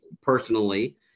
personally